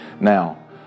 Now